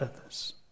others